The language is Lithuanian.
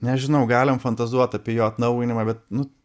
nežinau galim fantazuot apie jo atnaujinimą bet nu